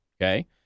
Okay